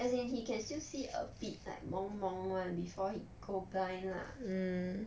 as in he can still see a bit like 朦朦 [one] before he go blind lah